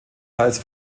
teils